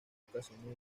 ocasiones